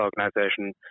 Organization